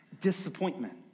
Disappointment